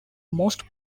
most